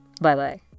Bye-bye